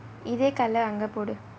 இதே:ithae colour அங்கே போடு:angae podu